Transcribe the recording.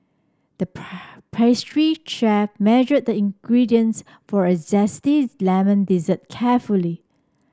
the pastry chef measured the ingredients for a zesty lemon dessert carefully